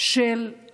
שבה